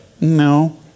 No